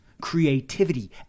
creativity